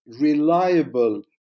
reliable